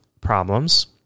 problems